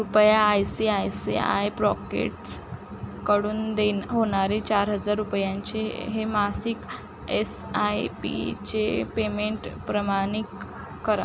कृपया I C I C I प्राॅकेट्सकडून देण होणारे चार हजार रुपयांचे हे मासिक एस आय पीचे पेमेंट प्रमाणित करा